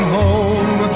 home